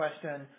question